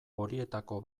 horietako